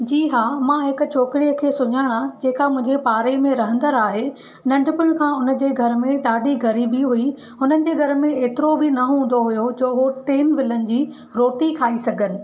जी हा मां हिकु छोकिरी खे सुञाणा जेका मूंहिंजे पाड़े में रहंदड़ु आहे नंढपिण खां हुनजे घरु में ॾाढी ग़रीबी हुई हुननि जे घरु मे एतिरो बि न हूंदो हुौयो छो हो टिनि वेलनि जी रोटी खाई सघनि